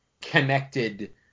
connected